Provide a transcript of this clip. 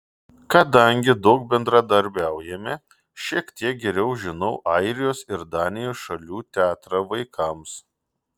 kadangi daug bendradarbiaujame šiek tiek geriau žinau airijos ir danijos šalių teatrą vaikams